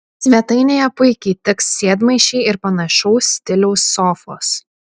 svetainėje puikiai tiks sėdmaišiai ir panašaus stiliaus sofos